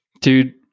Dude